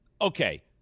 okay